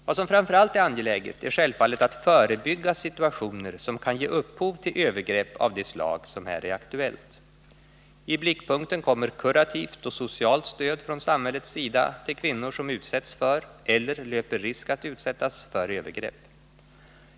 Vad som framför allt är angeläget är självfallet att förebygga situationer som kan ge upphov till övergrepp av det slag som här är aktuellt. I 113 blickpunkten kommer kurativt och socialt stöd från samhällets sida till kvinnor som utsätts för eller löper risk att utsättas för övergrepp.